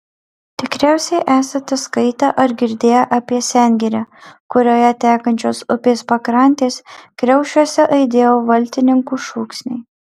tikriausiai esate skaitę ar girdėję apie sengirę kurioje tekančios upės pakrantės kriaušiuose aidėjo valtininkų šūksniai